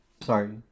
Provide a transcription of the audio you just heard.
Sorry